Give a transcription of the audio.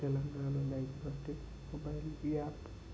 Telangana life project mobile the app